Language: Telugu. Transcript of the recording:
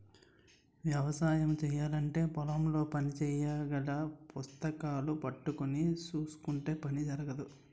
వ్యవసాయము చేయాలంటే పొలం లో పని చెయ్యాలగాని పుస్తకాలూ పట్టుకొని కుసుంటే పని జరగదు